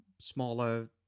smaller